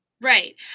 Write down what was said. Right